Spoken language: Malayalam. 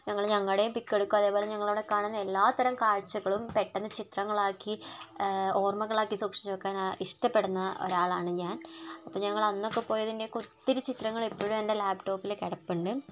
ഞങ്ങൾ ഞങ്ങളുടെയും പിക് എടുക്കും അതേപോലെ ഞങ്ങൾ അവിടെ കാണുന്ന എല്ലാത്തരം കാഴ്ച്ചകളും പെട്ടെന്ന് ചിത്രങ്ങളാക്കി ഓർമ്മകൾ ആക്കി സൂക്ഷിച്ചു വയ്ക്കാൻ ഇഷ്ട്ടപ്പെടുന്ന ഒരാൾ ആണ് ഞാൻ അപ്പോൾ ഞങ്ങൾ അന്നൊക്കെ പോയതിൻ്റെ ഒത്തിരി ചിത്രങ്ങൾ ഇപ്പോഴും എൻ്റെ ലാപ്ടോപ്പിൽ കിടപ്പുണ്ട്